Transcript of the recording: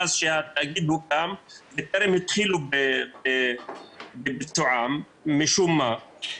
מאז שהתאגיד הוקם וטרם התחילו איתם משום מה.